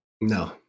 No